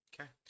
Okay